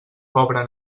pobre